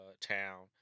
town